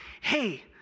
Hey